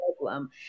problem